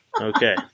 Okay